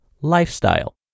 lifestyle